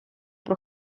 про